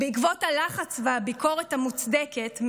בעקבות הלחץ והביקורת המוצדקת,